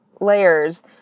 layers